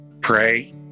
pray